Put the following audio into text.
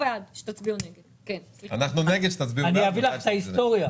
אני אביא לך את ההיסטוריה.